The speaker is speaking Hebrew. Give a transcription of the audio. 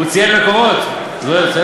הוא ציין מקורות, זוהיר?